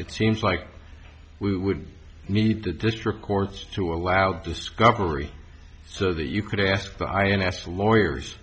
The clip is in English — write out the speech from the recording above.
it seems like we would need the district courts to allow discovery so that you could ask the ins lawyers